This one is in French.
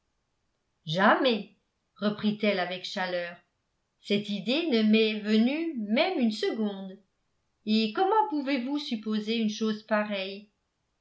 jamais reprit-elle avec chaleur cette idée ne m'est venue même une seconde et comment pouvez-vous supposer une chose pareille